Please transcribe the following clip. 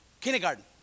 Kindergarten